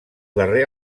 darrer